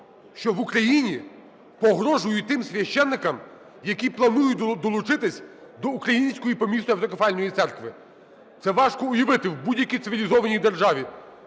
що в Україні погрожують тим священикам, які планують долучитися до української помісної автокефальної церкви? Це важко уявити в будь-якій цивілізованій державі,